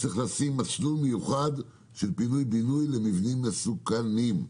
צריך לשים מסלול מיוחד של פינוי-בינוי למבנים מסוכנים.